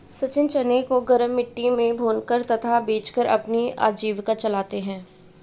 सचिन चने को गरम मिट्टी में भूनकर तथा बेचकर अपनी आजीविका चलाते हैं